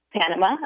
Panama